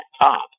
top